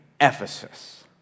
Ephesus